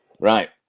Right